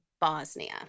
Bosnia